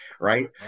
right